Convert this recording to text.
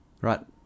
Right